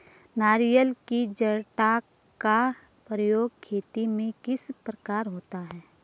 नारियल की जटा का प्रयोग खेती में किस प्रकार होता है?